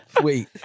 Wait